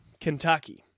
Kentucky